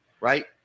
Right